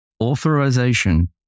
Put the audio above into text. Authorization